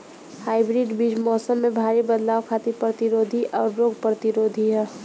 hybrid बीज मौसम में भारी बदलाव खातिर प्रतिरोधी आउर रोग प्रतिरोधी ह